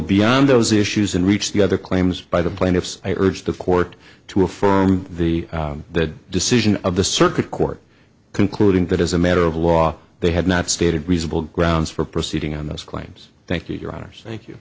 beyond those issues and reach the other claims by the plaintiffs i urge the court to affirm the decision of the circuit court concluding that as a matter of law they have not stated reasonable grounds for proceeding on those claims thank you your honors thank you